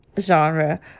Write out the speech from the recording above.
genre